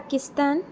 Pakistan